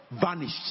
vanished